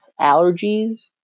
allergies